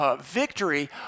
victory